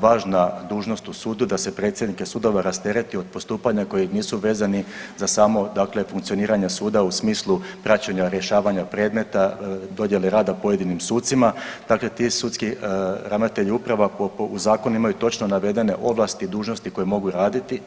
važna dužnost u sudu, da se predsjednike sudova rastereti od postupanja koji nisu vezani za samo dakle funkcioniranje suda u smislu praćenja rješavanja predmeta, dodjele rada pojedinim sucima, dakle ti sudski ravnatelji uprava u zakonima imaju točno navedene ovlasti i dužnosti koje mogu raditi.